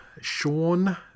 Sean